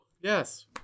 Yes